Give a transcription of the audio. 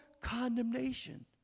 condemnation